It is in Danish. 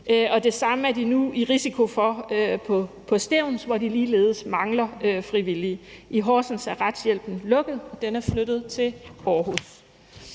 det samme er de nu i risiko for på Stevns, hvor de ligeledes mangler frivillige. I Horsens er retshjælpen lukket, og den er flyttet til Aarhus.